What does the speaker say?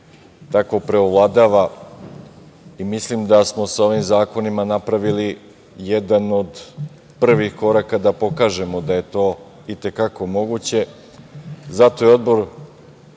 tako preovladava i mislim da smo sa ovim zakonima napravili jedan od prvih koraka da pokažemo da je to i te kako moguće. Zato je Odbor